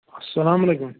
اَسَلامُ علیکُم